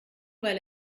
weil